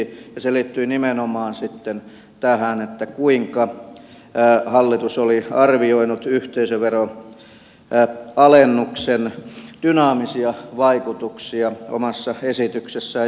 se liittyi nimenomaan tähän kuinka hallitus oli arvioinut yhteisöveroalennuksen dynaamisia vaikutuksia omassa esityksessään